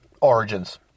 Origins